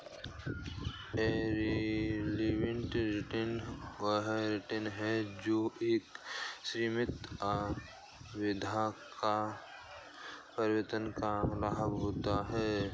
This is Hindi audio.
एब्सोल्यूट रिटर्न वह रिटर्न है जो एक निश्चित अवधि में परिसंपत्ति का लाभ होता है